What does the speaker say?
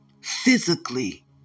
physically